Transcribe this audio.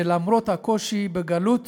שלמרות הקושי בגלות